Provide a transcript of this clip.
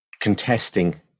contesting